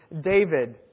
David